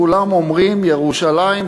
כולם אומרים ירושלים,